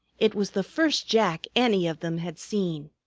it was the first jack any of them had seen.